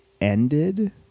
ended